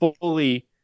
fully